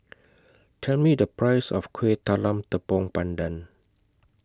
Tell Me The Price of Kueh Talam Tepong Pandan